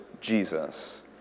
Jesus